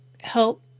help